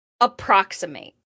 Approximate